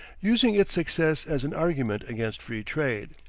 using its success as an argument against free trade.